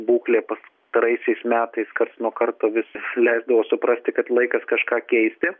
būklė pastaraisiais metais karts nuo karto vis leisdavo suprasti kad laikas kažką keisti